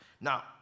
Now